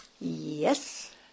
Yes